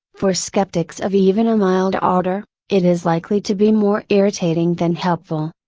for skeptics of even a mild order, it is likely to be more irritating than helpful.